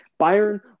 Bayern